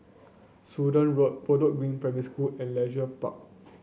Sudan Road Bedok Green Primary School and Leisure Park